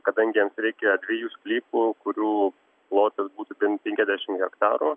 kadangi jiems reikia dviejų sklypų kurių plotas būtų ben penkiasdešim hektarų